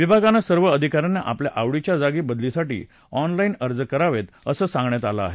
विभागान सर्व अधिकाऱ्याना आपल्या आवडीच्या जागी बदलीसाठी ऑनलाईन अर्ज करावेत अस सांगण्यात आल आहे